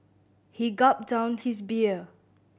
he gulped down his beer